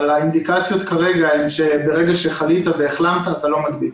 אבל האינדיקציות כרגע הן שברגע שחלית והחלמת אתה לא מדביק.